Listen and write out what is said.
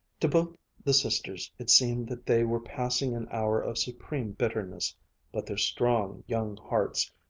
to both the sisters it seemed that they were passing an hour of supreme bitterness but their strong young hearts,